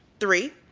three,